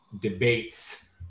debates